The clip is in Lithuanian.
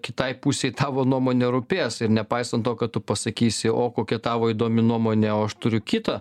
kitai pusei tavo nuomonė rūpės ir nepaisant to kad tu pasakysi o kokia tavo įdomi nuomonė o aš turiu kitą